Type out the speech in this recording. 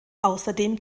außerdem